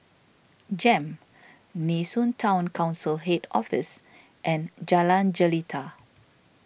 Jem Nee Soon Town Council Head Office and Jalan Jelita